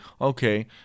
okay